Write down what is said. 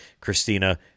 Christina